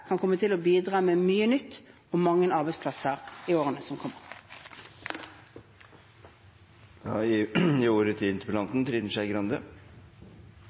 kan komme til å bidra med mye nytt og mange arbeidsplasser i årene som kommer.